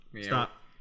Stop